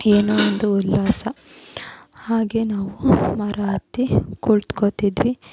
ಏನೋ ಒಂದು ಉಲ್ಲಾಸ ಹಾಗೆ ನಾವು ಮರ ಹತ್ತಿ ಕುಳಿತ್ಕೋತಿದ್ವಿ